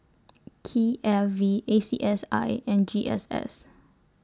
K I V A C S I and G S S